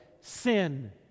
sin